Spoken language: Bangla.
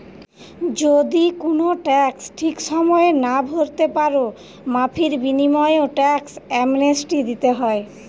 যদি কুনো ট্যাক্স ঠিক সময়ে না ভোরতে পারো, মাফীর বিনিময়ও ট্যাক্স অ্যামনেস্টি দিতে হয়